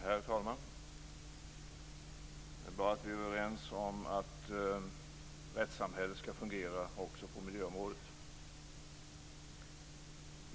Herr talman! Det är bra att vi är överens om att rättssamhället skall fungera också på miljöområdet.